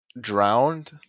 drowned